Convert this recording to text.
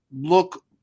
look